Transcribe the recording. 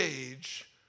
age